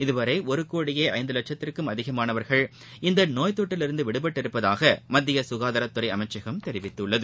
இதுவரைஒருகோடியேஐந்துலட்சத்திற்கும் அதிகமானவர்கள் இந்தநோய்த் தொற்றிலிருந்துவிடுபட்டுள்ளதாகமத்தியசுகாதாரத்துறைஅமைச்சகம் தெரிவித்துள்ளது